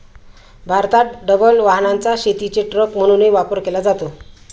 भारतात डबल वाहनाचा शेतीचे ट्रक म्हणूनही वापर केला जातो